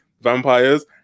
vampires